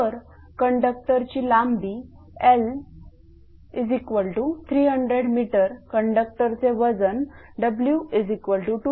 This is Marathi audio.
तर लांबी L300 m कंडक्टरचे वजन W2